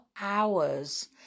hours